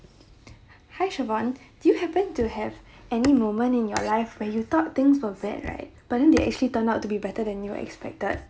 hi chivonne do you happen to have any moment in your life where you thought things were bad right but then they actually turned out to be better than you were expected